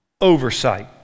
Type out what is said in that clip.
oversight